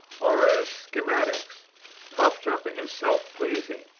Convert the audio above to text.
or as schismatics puffed up and self-pleasing,